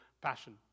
passion